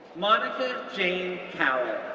monica jane cowlic,